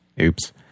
Oops